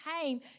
came